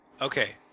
okay